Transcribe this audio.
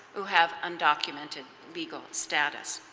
who have undocumented legal status.